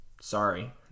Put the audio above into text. sorry